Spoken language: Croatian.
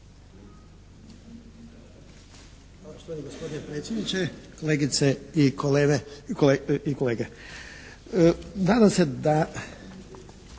Poštovani gospodine predsjedniče, kolegice i kolege.